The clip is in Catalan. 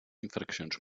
infraccions